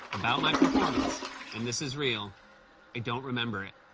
about my performance and this is real i don't remember it.